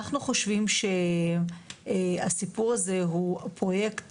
אנחנו חושבים שהסיפור הזה הוא פרויקט,